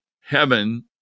heaven